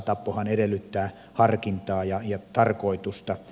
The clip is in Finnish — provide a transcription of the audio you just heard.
tappohan edellyttää harkintaa ja tarkoitusta